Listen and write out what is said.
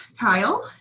Kyle